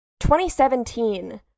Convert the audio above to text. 2017